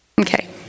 Okay